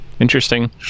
Interesting